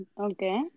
Okay